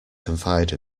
confide